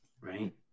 right